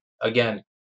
again